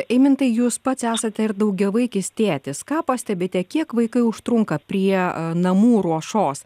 eimintai jūs pats esate ir daugiavaikis tėtis ką pastebite kiek vaikai užtrunka prie namų ruošos